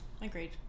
agreed